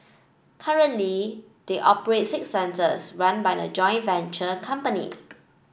currently they operate six centres run by a joint venture company